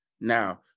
Now